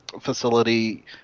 facility